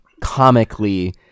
comically